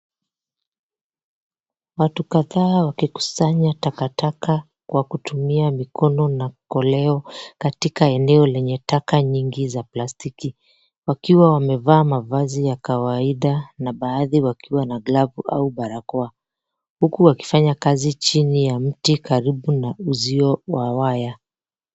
Watu kadhaa wakikusanya takataka kwa kutumia mikono na koleo katika eneo lenye taka nyingi za plastiki wakiwa wamevaa mavazi ya kawaida na baadhi wakiwa na glavu au barakoa huku wakifanya kazi chini ya mti karibu na uzio wa waya.